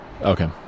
Okay